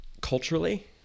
culturally